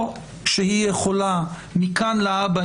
או שהיא יכולה מכאן להבא,